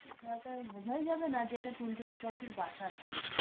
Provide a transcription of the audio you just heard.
বোঝাই যাবে না যে এটা টুনটুনির পাখির বাসা এটা